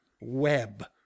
web